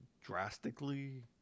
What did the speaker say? drastically